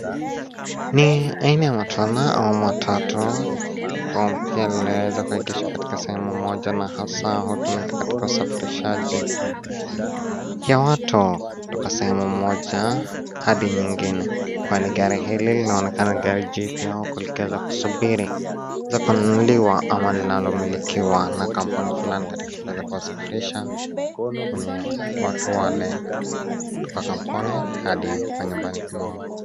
Ni aina ya matwana au matatu ambayo imeweza kuegeshwa kaitka sehemu moja na hasa hutumika katika usafirishaji ya watu kutoka sehemu moja hadi nyingine. Kwani gari hili linaonekana ni gari jipya huku likiweza kusubiri kunuliwa ama li nalomilikiwa na kampuni fulani katika kuweza kuwasafirisha watu wale kutoka kampuni hadi nyumbani mwao.